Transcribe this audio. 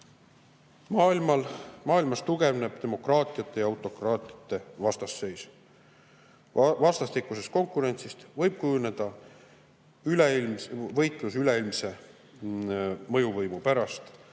Maailmas tugevneb demokraatiate ja autokraatiate vastasseis. Vastastikusest konkurentsist võib kujuneda võitlus üleilmse mõjuvõimu pärast